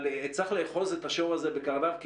אבל צריך לאחוז את השור הזה בקרניו כי